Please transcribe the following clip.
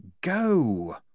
go